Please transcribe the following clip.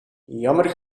jammer